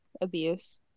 abuse